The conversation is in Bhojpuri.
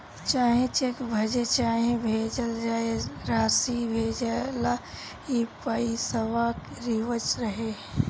चाहे चेक भजे चाहे भेजल जाए, रासी भेजेला ई पइसवा रिजव रहे